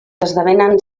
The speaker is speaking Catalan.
esdevenen